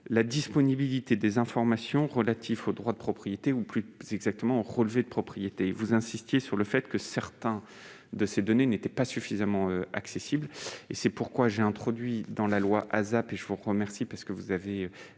la disponibilité des informations relatives aux droits de propriété, ou plus exactement aux relevés de propriété. Vous insistez sur le fait que certaines de ces données ne sont pas suffisamment accessibles. C'est pourquoi j'ai introduit, dans le projet de loi d'accélération et